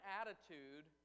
attitude